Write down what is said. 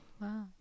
Wow